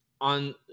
on